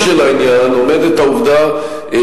צריך להבין שבצד השני של העניין עומדת העובדה ששירות